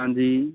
ਹਾਂਜੀ